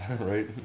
right